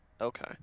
Okay